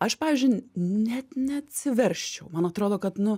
aš pavyzdžiui net neatsiversčiau man atrodo kad nu